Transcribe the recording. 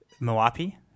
Moapi